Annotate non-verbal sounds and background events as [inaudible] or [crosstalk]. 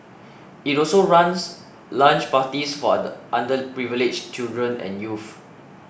it also runs lunch parties for [noise] underprivileged children and youth